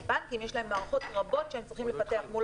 לבנקים יש מערכות רבות שהם צריכים לפתח מול